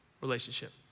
Relationship